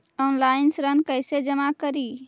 Online ऋण कैसे जमा करी?